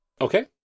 Okay